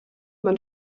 man